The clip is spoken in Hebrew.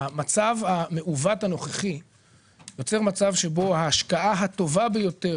המצב המעוות הנוכחי יוצר מצב שבו ההשקעה הטובה ביותר